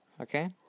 Okay